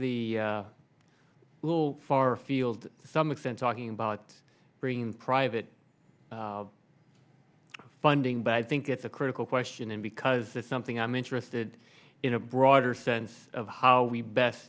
the a little far afield to some extent talking about bringing private funding bad i think it's a critical question and because it's something i'm interested in a broader sense of how we best